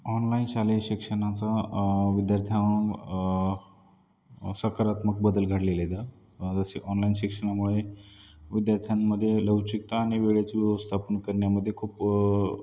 online शालेय शिक्षणाचा विद्यार्थ्यांना सकारात्मक बदल घडलेलेत आहेत जसं ऑनलाईन शिक्षणामुळे विद्यार्थ्यांमध्ये लवचिकता आणि वेळेच व्यवस्थापन करण्यामध्ये खूप